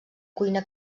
cuina